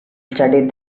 studied